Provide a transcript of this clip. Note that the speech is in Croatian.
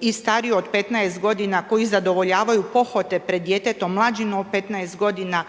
i stariju od 15 godina, koji zadovoljavaju pohote pred djetetom mlađim od 15 godina,